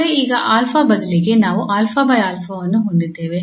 ಆದರೆ ಈಗ 𝛼 ಬದಲಿಗೆ ನಾವು ಅನ್ನು ಹೊಂದಿದ್ದೇವೆ